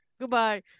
Goodbye